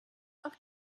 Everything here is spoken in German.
auf